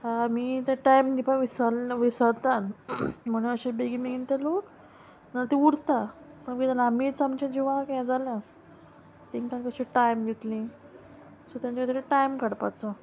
आमी तें टायम दिवपा विसर विसरतान म्हणून अशें बेगीन बेगीन ते लोक जाल्यार ती उरता पूण आमीच आमच्या जिवाक हें जाल्या तांकां कशी टायम दितली सो तेंच्या खातीर टायम काडपाचो